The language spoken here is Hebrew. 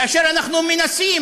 כאשר אנחנו מנסים,